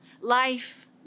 life